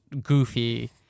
goofy